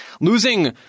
Losing